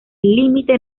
límite